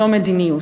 זו מדיניות".